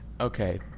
okay